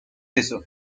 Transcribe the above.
eso